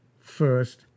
first